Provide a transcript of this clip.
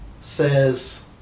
says